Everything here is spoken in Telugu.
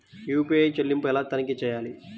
యూ.పీ.ఐ చెల్లింపులు ఎలా తనిఖీ చేయాలి?